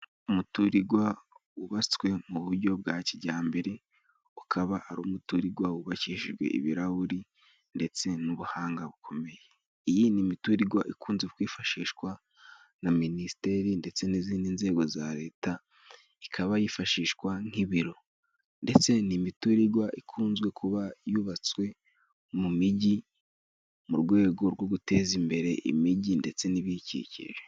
Umuturigwa wubatswe mu buryo bwa kijyambere. Ukaba ari umutorigwa wubakishijwe ibirahuri ,ndetse n'ubuhanga bukomeye . Iyi ni miturigwa ikunze kwifashishwa na minisiteri ndetse n'izindi nzego za leta . Ikaba yifashishwa nk'ibiro, ndetse n'imiturigwa ikunzwe kuba yubatswe mu mijyi mu rwego rwo guteza imbere imijyi ndetse n'ibiyikikije.